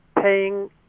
paying